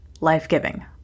life-giving